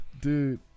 Dude